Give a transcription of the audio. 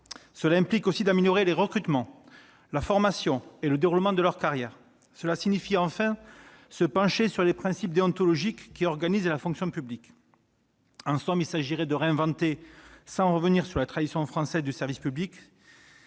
Cela implique aussi d'améliorer le recrutement, la formation et le déroulement des carrières. Cela signifie, enfin, se pencher sur les principes déontologiques qui organisent la fonction publique. En somme, il s'agirait de réinventer celle-ci sans revenir sur la tradition française du service public